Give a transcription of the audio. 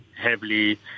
heavily